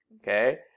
okay